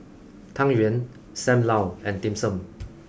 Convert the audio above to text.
Tang Yuan Sam Lau and Dim Sum